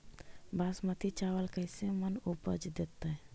बासमती चावल कैसे मन उपज देतै?